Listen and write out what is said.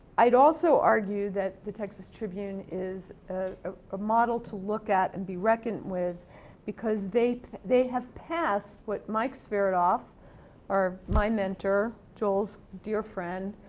i'd also argue that the texas tribune is ah ah a model to look at and be reckoned with because they they have passed what mike spierdoff or my mentor, joel's dear friend,